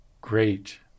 great